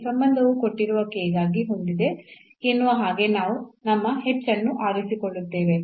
ಈ ಸಂಬಂಧವು ಕೊಟ್ಟಿರುವ k ಗಾಗಿ ಹೊಂದಿದೆ ಎನ್ನುವ ಹಾಗೆ ನಾವು ನಮ್ಮ h ಅನ್ನು ಆರಿಸಿಕೊಳ್ಳುತ್ತೇವೆ